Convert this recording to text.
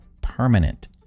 permanent